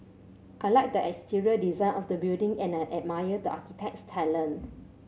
I like the exterior design of the building and I admire the architect's talent